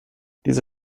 diese